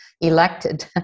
elected